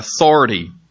authority